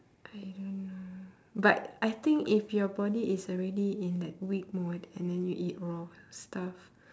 I don't know but I think if your body is already in that weak mode and then you eat raw stuff